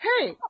hey